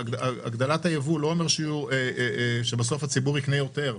הגדלת הייבוא לא אומרת שבסוף הציבור יקנה יותר.